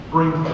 Bring